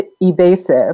evasive